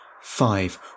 Five